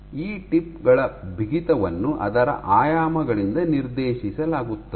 ಈ ಟಿಪ್ ಗಳ ಬಿಗಿತವನ್ನು ಅದರ ಆಯಾಮಗಳಿಂದ ನಿರ್ದೇಶಿಸಲಾಗುತ್ತದೆ